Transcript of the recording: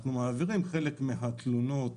אנחנו מעבירים חלק מן התלונות,